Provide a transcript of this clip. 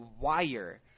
wire